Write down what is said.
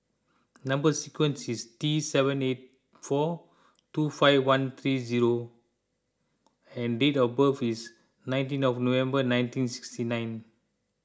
Number Sequence is T seven eight four two five one three zero and date of birth is nineteen of November nineteen sixty nine